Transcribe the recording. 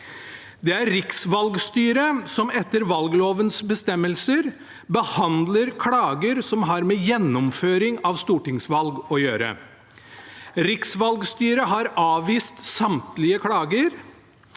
riksvalgstyret som etter valglovens bestemmelser behandler klager som har med gjennomføring av stortingsvalg å gjøre. Riksvalgstyret har avvist samtlige klager,